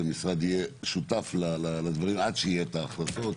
שהמשרד יהיה שותף לדברים עד שיהיו החלטות.